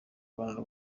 rwanda